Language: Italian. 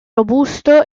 robusto